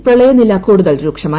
അസമിൽ പ്രളയനില കൂടുതൽ രൂക്ഷമായി